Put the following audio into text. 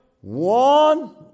one